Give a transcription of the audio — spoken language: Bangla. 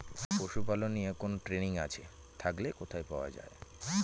পশুপালন নিয়ে কোন ট্রেনিং আছে থাকলে কোথায় পাওয়া য়ায়?